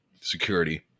security